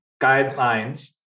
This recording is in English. guidelines